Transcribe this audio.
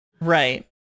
Right